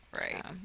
right